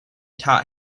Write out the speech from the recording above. taught